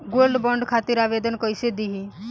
Gold bond खातिर आवेदन कैसे दिही?